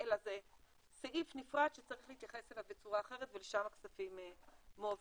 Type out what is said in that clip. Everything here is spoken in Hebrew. אלא זה סעיף נפרד שצריך להתייחס אליו בצורה אחרת ולשם הכספים מועברים.